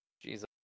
Jesus